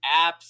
apps